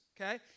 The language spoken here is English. okay